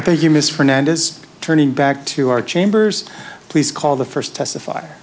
i think you miss fernandez turning back to our chambers please call the first testif